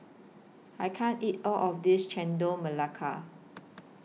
I can't eat All of This Chendol Melaka